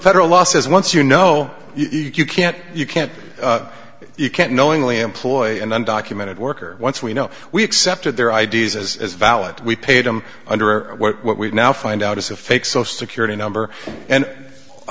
federal law says once you know you can't you can't you can't knowingly employ an undocumented worker once we know we accepted their i d s as valid we paid them under what we now find out is a fake social security number and i